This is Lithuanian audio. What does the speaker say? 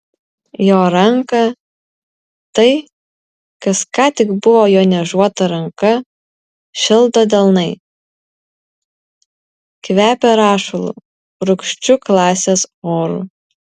jo ranką tai kas ką tik buvo jo niežuota ranka šildo delnai kvepią rašalu rūgščiu klasės oru